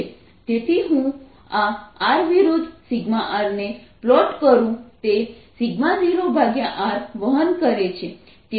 તેથી જો હું આ r વિરુદ્ધ ને પ્લોટ કરું તે 0R વહન કરે છે